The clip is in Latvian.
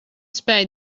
spēj